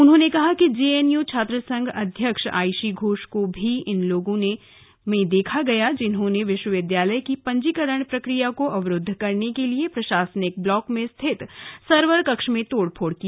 उन्होंने कहा कि जेएनयू छात्रसंघ अध्यक्ष आइशी घोष को भी उन लोगों में देखा गया जिन्होंने विश्वविद्यालय की पंजीकरण प्रक्रिया को अवरुद्ध करने के लिए प्रशासनिक ब्लॉक में स्थित सर्वर कक्ष में तोड़फोड़ की